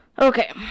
Okay